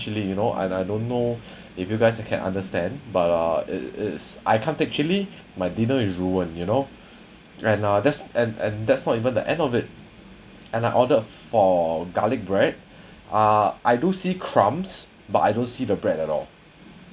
chilli you know and I don't know if you guys can understand but ah it's I can't take chilli my dinner is ruined you know and ah that's and and that's not even the end of it and I ordered for garlic bread ah I do see crumbs but I don't see the bread at all